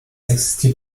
existiert